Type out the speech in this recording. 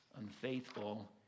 unfaithful